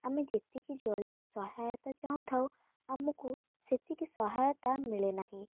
ଆମେ ଯେତିକି ଜଲଦି ସହାୟତା ଚାହୁଁଥାଉ ଆମକୁ ସେତିକି ସହାୟତା ମିଳେ ନାହିଁ